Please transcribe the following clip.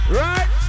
right